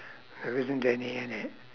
there isn't any in it